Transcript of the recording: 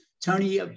Tony